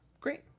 Great